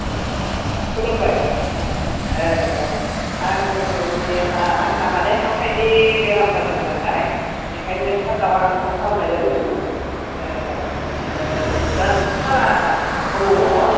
खुलुमबाय आंनिया आंहा माने हाथाइनि बेराम जादों नालाय ओंखायनो सारनाव आं फन खालामनाय जादों दा सारआ अबाव दङ